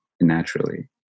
naturally